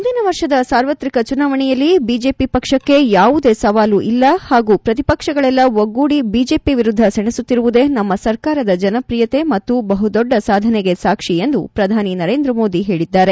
ಮುಂದಿನ ವರ್ಷದ ಸಾರ್ವತ್ರಿಕ ಚುನಾವಣೆಯಲ್ಲಿ ಬಿಜೆಪಿ ಪಕ್ಷಕ್ಕೆ ಯಾವುದೇ ಸವಾಲು ಇಲ್ಲ ಹಾಗೂ ಪ್ರತಿಪಕ್ಷಗಳೆಲ್ಲ ಒಗ್ಗೂಡಿ ಬಿಜೆಪಿ ವಿರುದ್ದ ಸೆಣೆಸುತ್ತಿರುವುದೇ ತಮ್ಮ ಸರ್ಕಾರದ ಜನಪ್ರಿಯತೆ ಮತ್ತು ಬಹುದೊಡ್ಡ ಸಾಧನೆಗೆ ಸಾಕ್ಷಿ ಎಂದು ಪ್ರಧಾನಿ ನರೇಂದ್ರ ಮೋದಿ ಹೇಳಿದ್ದಾರೆ